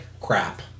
crap